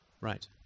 Right